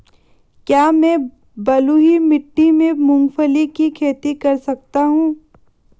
क्या मैं बलुई मिट्टी में मूंगफली की खेती कर सकता हूँ?